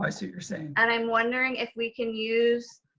i see what you're saying. and i'm wondering if we can use,